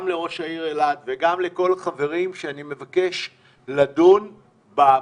גם לראש העיר אילת וגם לכל החברים שאני מבקש לדון במשמעות,